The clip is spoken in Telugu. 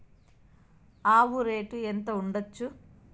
ఆవు రేటు ఎంత ఉండచ్చు?